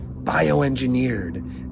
Bioengineered